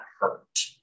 hurt